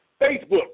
Facebook